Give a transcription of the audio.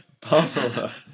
Pamela